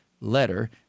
letter